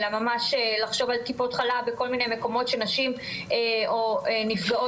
אלא ממש לחשוב על כל מיני מקומות שנשים או נפגעות